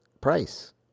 price